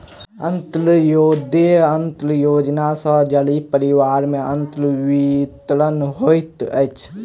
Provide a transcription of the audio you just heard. अन्त्योदय अन्न योजना सॅ गरीब परिवार में अन्न वितरण होइत अछि